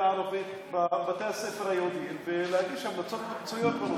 הערבית בבתי הספר היהודיים ולהגיש המלצות מקצועיות בנושא.